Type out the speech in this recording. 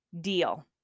deal